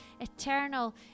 eternal